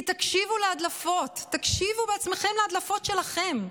כי תקשיבו להדלפות, תקשיבו בעצמכם להדלפות שלכם,